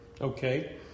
Okay